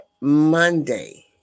Monday